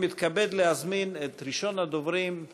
אני מתכבד להזמין את ראשון הדוברים,